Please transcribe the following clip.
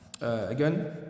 again